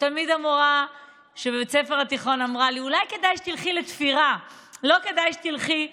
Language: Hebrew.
שתמיד המורה בבית הספר התיכון אמרה לי: אולי כדאי שתלכי לתפירה,